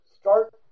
start